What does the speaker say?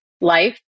life